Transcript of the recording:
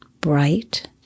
bright